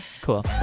cool